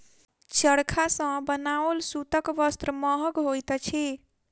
चरखा सॅ बनाओल सूतक वस्त्र महग होइत अछि